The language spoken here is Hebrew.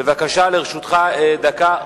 בבקשה, לרשותך דקה.